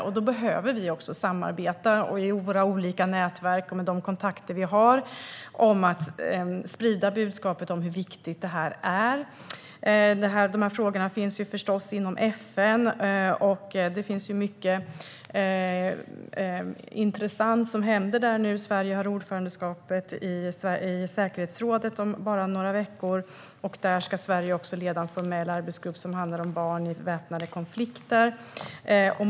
Därför behöver vi samarbeta i våra olika nätverk och med de kontakter vi har, för att sprida budskapet om hur viktiga de är. Frågorna finns förstås inom FN, och det är mycket intressant som händer där nu. Sverige tar över ordförandeskapet i säkerhetsrådet om bara några veckor. Där ska Sverige leda en formell arbetsgrupp som handlar om barn i väpnade konflikter.